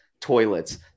toilets